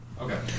Okay